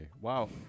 wow